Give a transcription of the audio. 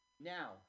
Now